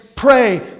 Pray